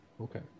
Okay